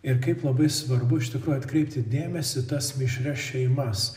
ir kaip labai svarbu iš tikrųjų atkreipti dėmesį į tas mišrias šeimas